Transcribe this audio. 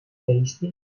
tasty